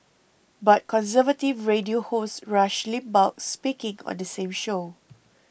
but conservative radio host Rush Limbaugh speaking on the same show